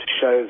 shows